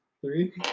Three